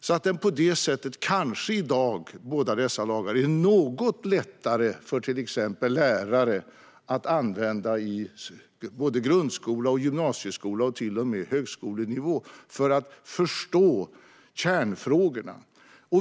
Båda dessa lagar är därför i dag kanske något lättare för till exempel lärare att använda i både grund och gymnasieskola, och till och med på högskolenivå, för att förstå kärnfrågorna.